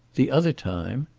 the other time?